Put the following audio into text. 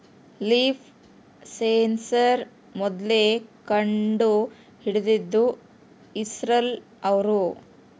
leaf sensor ಮೊದ್ಲು ಕಂಡು ಹಿಡಿದಿದ್ದು ಇಸ್ರೇಲ್ ಅವ್ರು